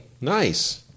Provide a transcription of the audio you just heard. Nice